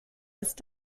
ist